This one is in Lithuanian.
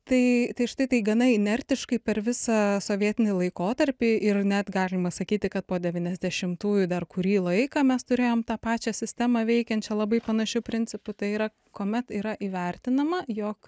tai tai štai tai gana inertiškai per visą sovietinį laikotarpį ir net galima sakyti kad po devyniasdešimtųjų dar kurį laiką mes turėjom tą pačią sistemą veikiančią labai panašiu principu tai yra kuomet yra įvertinama jog